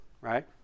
right